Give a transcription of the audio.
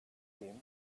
him